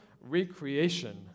recreation